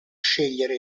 scegliere